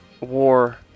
war